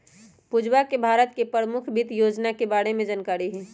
पूजा के भारत के परमुख वित योजना के बारे में जानकारी हई